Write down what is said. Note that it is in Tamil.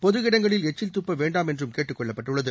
பொது இடங்களில் எச்சில் துப்ப வேண்டாம் என்றும் கேட்டுக்கொள்ளப்பட்டுள்ளது